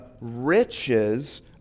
riches